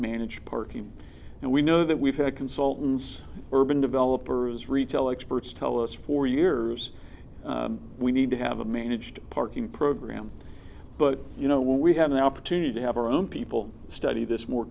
managed parking and we know that we've had consultants urban developers retail experts tell us for years we need to have a managed parking program but you know we have an opportunity to have our own people study this more